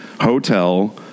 hotel